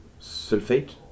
sulfate